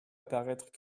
apparaître